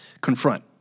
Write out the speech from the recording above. confront